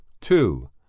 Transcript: two